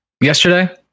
yesterday